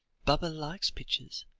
baba likes pictures,